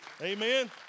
Amen